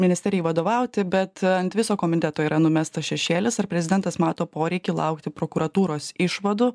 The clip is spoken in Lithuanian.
ministerijai vadovauti bet ant viso komiteto yra numestas šešėlis ar prezidentas mato poreikį laukti prokuratūros išvadų